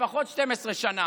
לפחות 12 שנה.